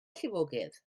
llifogydd